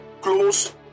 close